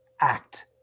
act